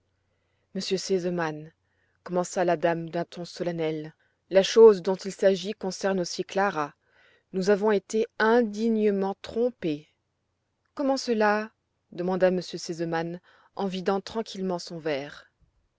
r sesemann commença la dame d'un ton solennel la chose dont il s'agit concerne aussi clara nous avons été indignement trompés comment cela demanda m r sesemann en vidant tranquillement son verre